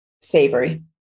Savory